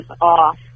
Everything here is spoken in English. off